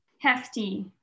hefty